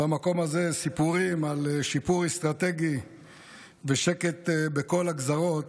במקום הזה סיפורים על שיפור אסטרטגי ושקט בכל הגזרות,